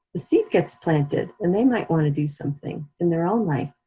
the seed gets planted, and they might wanna do something in their own life,